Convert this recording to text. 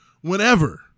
whenever